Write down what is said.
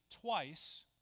twice